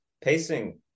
Pacing